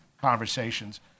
conversations